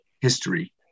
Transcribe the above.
history